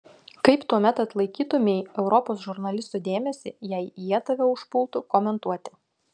kaip tuomet atlaikytumei europos žurnalistų dėmesį jei jie tave užpultų komentuoti